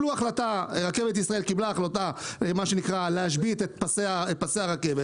רכבת ישראל קיבלה החלטה להשבית את פסי הרכבת.